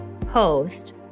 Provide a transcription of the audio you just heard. post